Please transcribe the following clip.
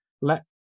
let